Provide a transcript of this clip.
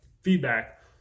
feedback